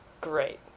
Great